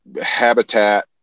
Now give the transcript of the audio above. habitat